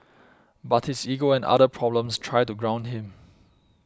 but his ego and other problems try to ground him